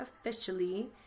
officially